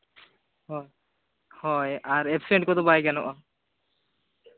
ᱦᱳᱭ ᱦᱳᱭ ᱟᱨ ᱮᱯᱥᱮᱱᱴ ᱠᱚᱫᱚ ᱵᱟᱭ ᱜᱟᱱᱚᱜᱼᱟ